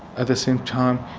at the same time,